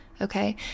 okay